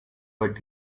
but